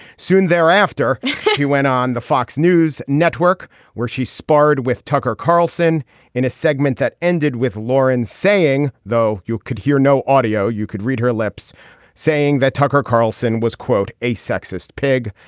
soon thereafter he went on the fox news network where she sparred with tucker carlson in a segment that ended with lauren saying though you could hear no audio you could read her lips saying that tucker carlson was quote a sexist pig.